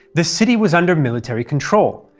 the city was under military control,